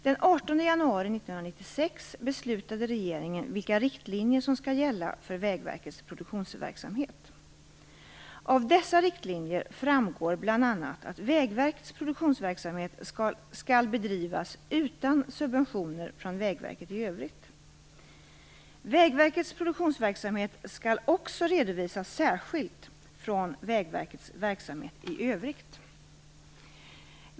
Den 18 januari 1996 beslutade regeringen vilka riktlinjer som skall gälla för Vägverkets produktionsverksamhet. Av dessa riktlinjer framgår bl.a. att Vägverkets produktionsverksamhet skall bedrivas utan subventioner från Vägverket i övrigt. Vägverkets produktionsverksamhet skall också redovisas särskilt från Vägverkets verksamhet i övrigt.